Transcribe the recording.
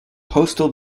postal